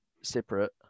separate